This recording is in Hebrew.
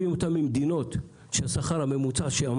אנחנו מביאים אותם ממדינות שהשכר הממוצע שם